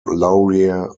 laurier